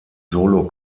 solo